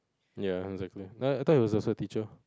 ya exactly nah I thought he was also teacher